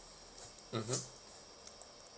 mmhmm